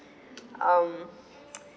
um